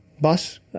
bus